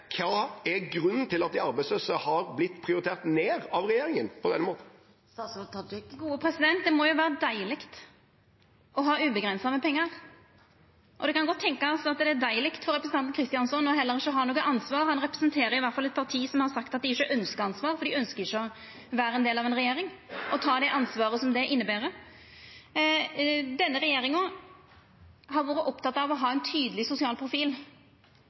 er grunnen til at de arbeidsløse har blitt prioritert ned av regjeringen på denne måten? Det må jo vera deilig å ha uavgrensa med pengar, og det kan godt tenkjast at det er deilig for representanten Kristjánsson å ikkje ha noko ansvar heller. Han representerer i alle fall eit parti som har sagt at dei ikkje ønskjer ansvar, for dei ønskjer ikkje å vera ein del av ei regjering og ta det ansvaret som det inneber. Denne regjeringa har vore oppteken av å ha ein tydeleg sosial profil,